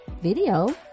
video